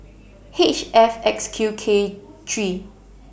H F X Q K three